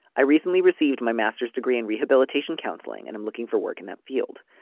i recently received my master's degree in rehabilitation counseling and i'm looking for work in that field.